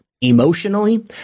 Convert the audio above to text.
emotionally